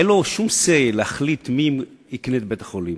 אין לו שום say להחליט מי יקנה את בית-החולים.